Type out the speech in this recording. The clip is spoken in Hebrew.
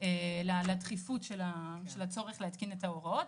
לדחיפות של הצורך להתקין את ההוראות,